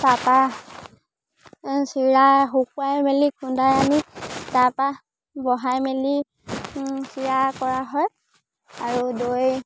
তাৰপৰা চিৰা শুকুৱাই মেলি খুন্দাই আনি তাৰপৰা বহাই মেলি চিৰা কৰা হয় আৰু দৈ